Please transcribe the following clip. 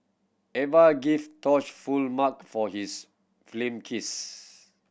Eva gave Tosh full mark for his film kiss